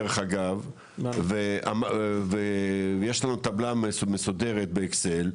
דרך אגב ויש לנו טבלה מסודרת באקסל,